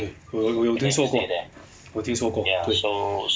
我有我有听说过我听说过对